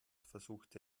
versuchte